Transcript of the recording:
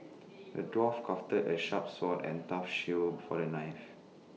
the dwarf crafted A sharp sword and tough shield for the knight